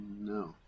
No